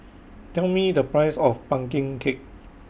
Tell Me The Price of Pumpkin Cake